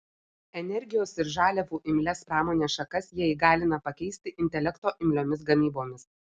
energijos ir žaliavų imlias pramonės šakas jie įgalina pakeisti intelekto imliomis gamybomis